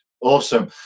Awesome